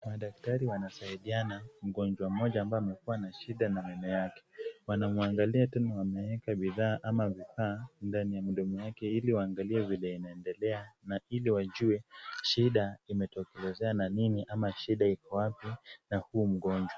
Madaktari wanasaidiana mgonjwa mmoja ambaye amekuwa na shida na meno yake. Wanamwangalia tena wameweka bidhaa ama vifaa ndani ya mdomo wake ili waangalie vile inaendelea na ili wajue shida imetokelezea na nini ama shida iko wapi na huu mgonjwa.